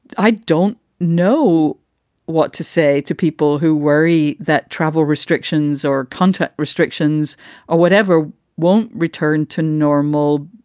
i don't know what to say to people who worry that travel restrictions or contact restrictions or whatever won't return to normal.